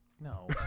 No